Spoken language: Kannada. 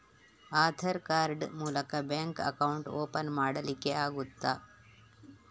ಆಧಾರ್ ಕಾರ್ಡ್ ಮೂಲಕ ಬ್ಯಾಂಕ್ ಅಕೌಂಟ್ ಓಪನ್ ಮಾಡಲಿಕ್ಕೆ ಆಗುತಾ?